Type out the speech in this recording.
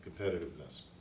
competitiveness